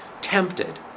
tempted